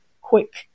quick